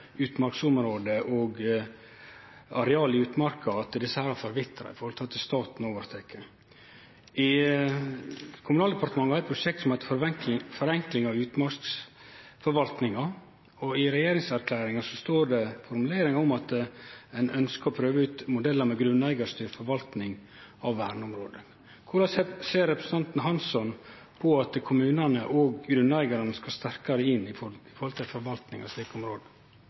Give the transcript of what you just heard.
utmarksområde og areal i utmarka, og at dei har forvitra når staten har teke over. Kommunal- og moderniseringsdepartementet har hatt eit prosjekt om forenkling av utmarksforvaltninga, og i regjeringserklæringa er det ei formulering om at ein ønskjer å prøve ut modellar med grunneigarstyrt forvaltning av verneområde. Korleis ser representanten Hansson på at kommunane og grunneigarane skal sterkare inn i forvaltninga av slike område?